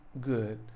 good